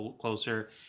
closer